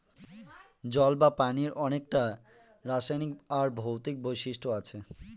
জল বা পানির অনেককটা রাসায়নিক আর ভৌতিক বৈশিষ্ট্য আছে